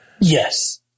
Yes